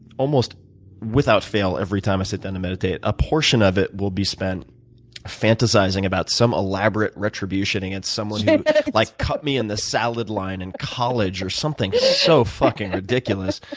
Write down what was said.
almost without fail, every time i sit down to meditate, a portion of it will be spent fantasizing about some elaborate retribution against someone yeah who like cut me in the salad line in college or something so fucking ridiculous.